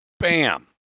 BAM